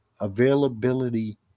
availability